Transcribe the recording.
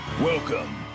Welcome